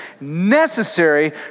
necessary